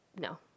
no